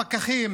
הפקחים